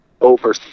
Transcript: over